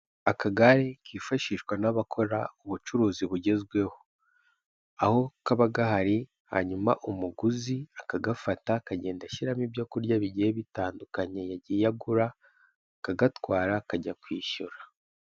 Akagare kifashishwa n'abakora ubucuruzi bugezweho, aho kaba gahari hanyuma umuguzi akagafata akagenda ashyiramo ibyo kurya bigiye bitandukanye yagiye agura, akagatwara akajya kwishyura.